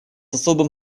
особым